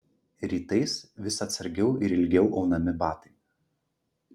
rytais vis atsargiau ir ilgiau aunami batai